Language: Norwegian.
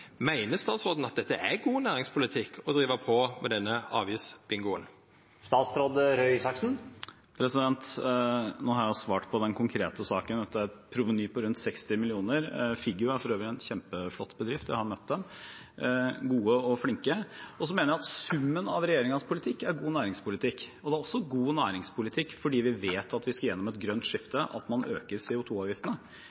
Meiner statsråden at det er god næringspolitikk å driva med denne avgiftsbingoen? Jeg har svart på den konkrete saken. Det er proveny på rundt 60 mill. kr. Figgjo er for øvrig en kjempeflott bedrift. Jeg har møtt dem, og de er gode og flinke. Jeg mener at summen av regjeringens politikk er god næringspolitikk. Fordi vi vet at vi skal gjennom et grønt